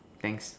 thanks